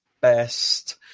best